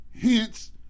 hence